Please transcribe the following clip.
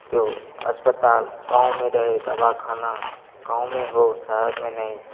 जो अस्पताल गाँव में रहें दवाखाना गाँव में हो शहर में नहीं